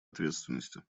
ответственности